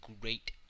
Great